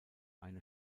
eine